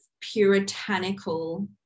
puritanical